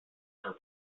her